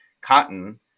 cotton